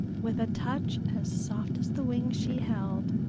with a touch as soft as the wings she held,